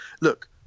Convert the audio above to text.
Look